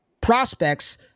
prospects